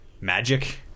magic